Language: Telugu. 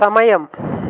సమయం